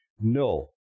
No